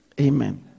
Amen